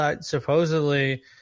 supposedly –